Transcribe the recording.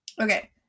Okay